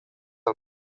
del